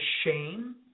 shame